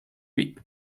reap